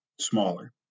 smaller